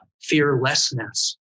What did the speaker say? Fearlessness